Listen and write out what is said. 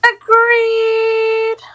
Agreed